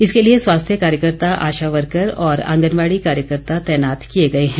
इसके लिए स्वास्थ्य कार्यकर्ता आशा वर्कर और आंगनबाड़ी कार्यकर्ता तैनात किए गए हैं